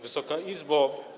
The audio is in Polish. Wysoka Izbo!